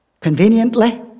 Conveniently